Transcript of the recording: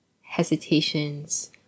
hesitations